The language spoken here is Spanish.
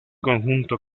conjunto